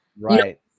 right